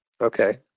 Okay